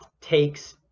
takes